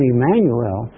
Emmanuel